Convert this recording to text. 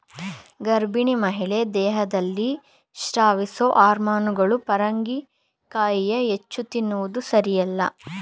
ಗರ್ಭಿಣಿ ಮಹಿಳೆ ದೇಹದಲ್ಲಿ ಸ್ರವಿಸೊ ಹಾರ್ಮೋನುಗಳು ಪರಂಗಿಕಾಯಿಯ ಹೆಚ್ಚು ತಿನ್ನುವುದು ಸಾರಿಯಲ್ಲ